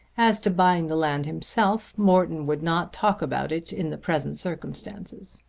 as to buying the land himself, morton would not talk about it in the present circumstances.